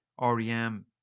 REM